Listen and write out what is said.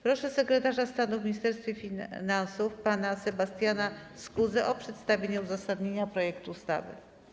Proszę sekretarza stanu w Ministerstwie Finansów pana Sebastiana Skuzę o przedstawienie uzasadnienia projektu ustawy.